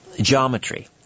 geometry